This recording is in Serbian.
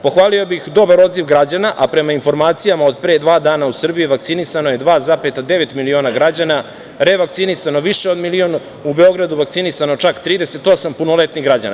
Pohvalio bih dobar odziv građana, a prema informacija od pre dva dana, u Srbiji je vakcinisano 2,9 miliona građana, revakcinisano više od milion, u Beogradu vakcinisano čak 38 punoletnih građana.